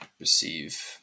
receive